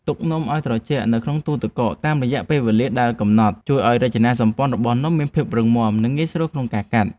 ទុកនំឱ្យត្រជាក់នៅក្នុងទូទឹកកកតាមរយៈពេលវេលាដែលកំណត់ជួយឱ្យរចនាសម្ព័ន្ធរបស់នំមានភាពរឹងមាំ និងងាយស្រួលក្នុងការកាត់។